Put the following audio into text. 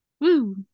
Woo